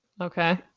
Okay